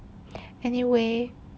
anyway